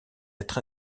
être